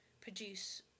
produce